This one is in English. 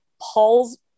Paul's